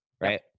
Right